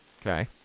Okay